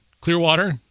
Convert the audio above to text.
Clearwater